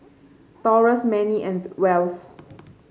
Taurus Mannie and Wells